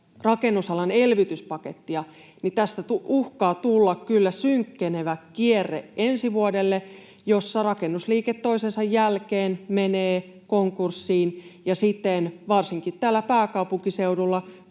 rakennusalan elvytyspakettia, niin tästä uhkaa tulla kyllä ensi vuodelle synkkenevä kierre, jossa rakennusliike toisensa jälkeen menee konkurssiin ja siten, varsinkin täällä pääkaupunkiseudulla,